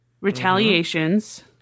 retaliations